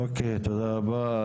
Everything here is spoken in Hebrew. אוקיי, תודה רבה.